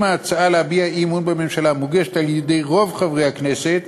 ההצעה להביע אי-אמון בממשלה מוגשת על-ידי רוב חברי הכנסת,